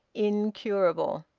incurable.